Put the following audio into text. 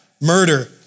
murder